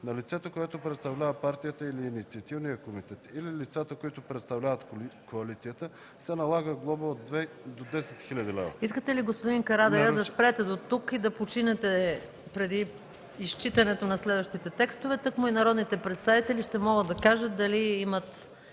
на лицето, което представлява партията или инициативния комитет, или на лицата, които представляват коалицията, се налага глоба от 2000 до 10 000 лв.” ПРЕДСЕДАТЕЛ МАЯ МАНОЛОВА: Господин Карадайъ, искате ли да спрете дотук и да починете преди изчитането на следващите текстове? Тъкмо и народните представители ще могат да кажат дали имат